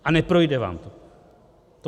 A neprojde vám to.